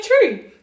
true